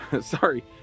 Sorry